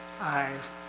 eyes